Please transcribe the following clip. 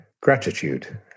gratitude